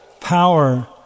power